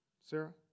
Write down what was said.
Sarah